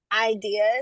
ideas